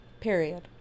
Period